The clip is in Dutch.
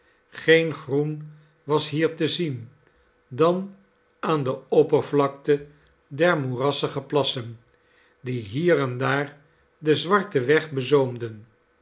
geen groen was hier te zien dan aan de oppervlakte der moerassige plassen die hier en daar den zwarten weg bezoomden